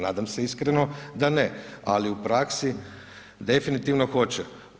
Nadam se iskreno da ne, ali u praksi, definitivno hoće.